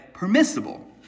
permissible